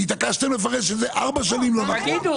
אם התעקשתם לפרש את זה ארבע שנים לא נכון,